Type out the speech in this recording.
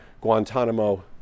Guantanamo